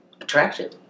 attractive